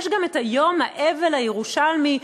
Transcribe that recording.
ויש גם יום האבל הירושלמי,